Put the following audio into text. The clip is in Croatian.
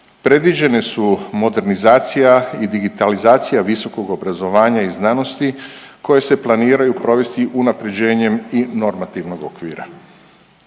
predviđene su modernizacija i digitalizacija visokog obrazovanja i znanosti koje se planiraju provesti unapređenjem i normativnog okvira.